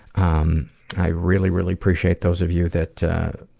um i really, really appreciate those of you that